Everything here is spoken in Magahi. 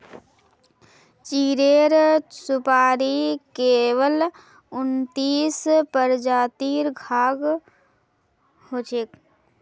चीड़ेर सुपाड़ी केवल उन्नतीस प्रजातिर खाद्य हछेक